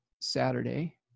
Saturday